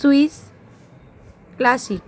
Swiss classic